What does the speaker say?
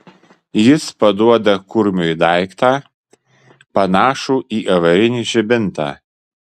jis paduoda kurmiui daiktą panašų į avarinį žibintą